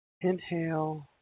inhale